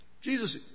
Jesus